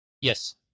Yes